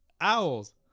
Owls